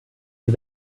die